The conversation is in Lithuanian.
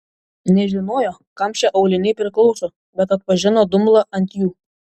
nežinojo kam šie auliniai priklauso bet atpažino dumblą ant jų